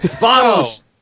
Bottles